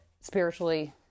spiritually